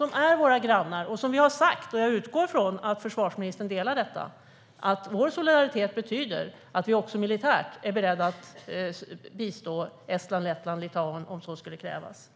är våra grannar, och vi har sagt - jag utgår från att försvarsministern delar den åsikten - att vår solidaritet betyder att vi också militärt är beredda att bistå dem om så skulle krävas.